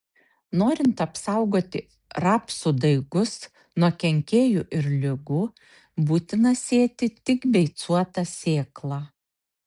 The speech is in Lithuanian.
norint apsaugoti rapsų daigus nuo kenkėjų ir ligų būtina sėti tik beicuotą sėklą